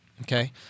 Okay